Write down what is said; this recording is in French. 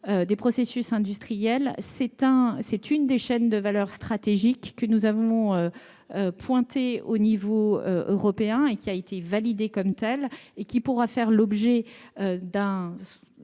des processus industriels est une des chaînes de valeur stratégique que nous avons relevée à l'échelle européenne, et qui a été validée comme telle. Elle pourra faire l'objet-